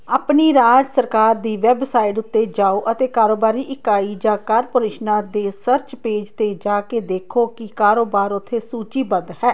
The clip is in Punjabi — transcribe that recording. ਆਪਣੀ ਰਾਜ ਸਰਕਾਰ ਦੀ ਵੈੱਬਸਾਈਡ ਉੱਤੇ ਜਾਓ ਅਤੇ ਕਾਰੋਬਾਰੀ ਇਕਾਈ ਜਾਂ ਕਾਰਪੋਰੇਸ਼ਨਾਂ ਦੇ ਸਰਚ ਪੇਜ 'ਤੇ ਜਾ ਕੇ ਦੇਖੋ ਕਿ ਕਾਰੋਬਾਰ ਉੱਥੇ ਸੂਚੀਬੱਧ ਹੈ